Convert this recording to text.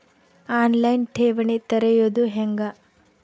On line ಠೇವಣಿ ತೆರೆಯೋದು ಹೆಂಗ?